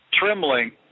trembling